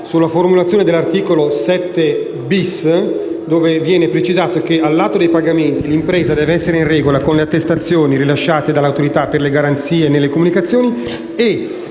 sulla formulazione del comma 7*-bis*, dove viene precisato che: «All'atto dei pagamenti, l'impresa deve essere in regola con le attestazioni rilasciate dall'Autorità per le garanzie nelle comunicazioni e